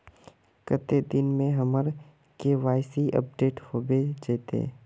कते दिन में हमर के.वाई.सी अपडेट होबे जयते?